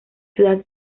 ciudad